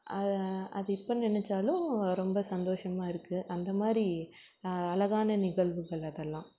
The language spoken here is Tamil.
அது இப்போ நினச்சாலும் ரொம்ப சந்தோசமாக இருக்கு அந்த மாதிரி அழகான நிகழ்வுகள் அதெல்லாம்